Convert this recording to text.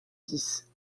six